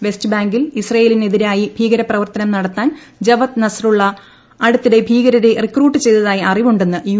west ബാങ്കിൽ ഇസ്രയേലിനെതിരായി ഭീകരപ്രവർത്തനം നടത്താൻ ജവദ് നസ്റള്ള അടുത്തിടെ ഭീകരരെ റിക്രൂട്ട് ചെയ്തതായി അറിവുണ്ടെന്ന് യു